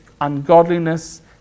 ungodliness